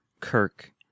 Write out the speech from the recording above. Kirk